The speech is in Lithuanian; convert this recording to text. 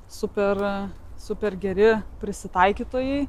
super super geri prisitaikytojai